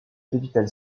capitale